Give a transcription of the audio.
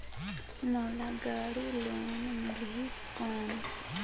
मोला गाड़ी लोन मिलही कौन?